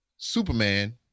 superman